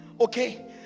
okay